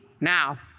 Now